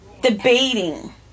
debating